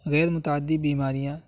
غیر متعدی بیماریاں